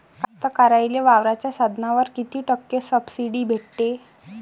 कास्तकाराइले वावराच्या साधनावर कीती टक्के सब्सिडी भेटते?